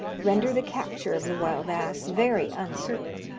render the capture of the wild ass very uncertain,